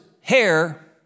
hair